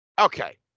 Okay